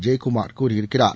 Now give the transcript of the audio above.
ஜெயக்குமார் கூறியிருக்கிறார்